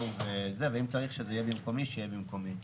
הם חווים את זה.